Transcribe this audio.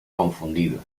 confundido